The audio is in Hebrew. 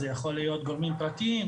זה יכול להיות גורמים פרטיים,